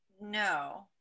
No